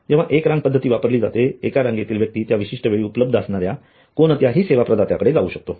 जेंव्हा एक रांग पद्धती वापरली जाते एकारांगेतील व्यक्ती त्या विशिष्ठ वेळी उपलब्ध असणाऱ्या कोणत्याही सेवा प्रदात्याकडे जावू शकतो